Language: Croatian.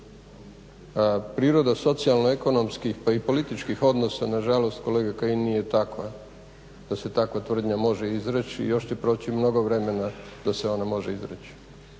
priroda socijalno-ekonomskih pa i političkih odnosa nažalost kolega Kajin nije takva da se takva tvrdnja može izreći i još će proći mnogo vremena da se ona može izreći.